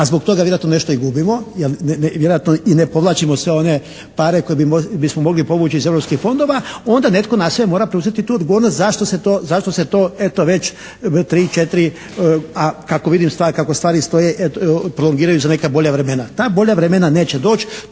a zbog toga vjerojatno nešto i gubimo jer vjerojatno i ne povlačimo sve one pare koje bismo mogli povući iz europskih fondova onda netko na sebe mora preuzeti tu odgovornost zašto se to eto već tri, četiri, a kako vidim kako stvari stoje prolongiraju za neka bolja vremena. Ta bolja vremena neće doći,